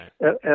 right